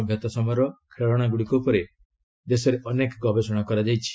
ସଭ୍ୟତା ସମୟର ଖେଳଶାଗୁଡ଼ିକ ଉପରେ ଦେଶରେ ଅନେକ ଗବେଷଣା କରାଯାଇଛି